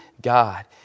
God